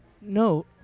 no